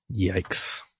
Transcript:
Yikes